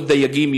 מאות דייגים,